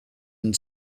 and